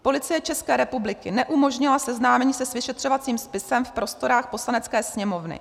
Policie České republiky neumožnila seznámení se s vyšetřovacím spisem v prostorách Poslanecké sněmovny.